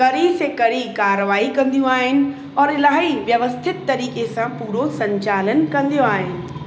कड़ी से कड़ी कारवाही कंदियूं आहिनि और इलाही व्यवस्थित तरीक़े सां पूरो संचालन कंदियूं आहिनि